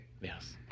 Yes